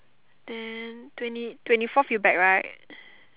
then twenty twenty fourth you back right